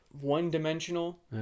one-dimensional